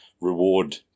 reward